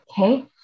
Okay